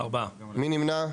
4 נמנעים,